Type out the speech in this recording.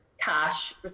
cash